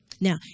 Now